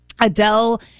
Adele